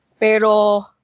Pero